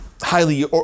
highly